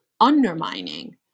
undermining